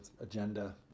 agenda